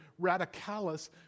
radicalis